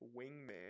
wingman